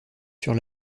sur